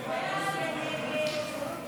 לא נתקבלה.